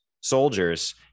soldiers